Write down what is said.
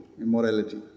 immorality